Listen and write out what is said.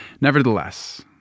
Nevertheless